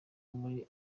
muri